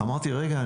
אמרתי: רגע,